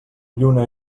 lluna